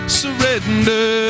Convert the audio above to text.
surrender